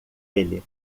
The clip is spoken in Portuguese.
ele